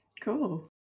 Cool